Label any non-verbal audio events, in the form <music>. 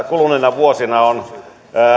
<unintelligible> kuluneina vuosina on